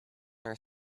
are